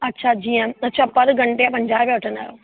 अच्छा जीअं अच्छा पर घंटे जा पंजाहु रुपया वठंदा आहियो